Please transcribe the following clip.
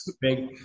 big